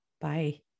Bye